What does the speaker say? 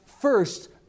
first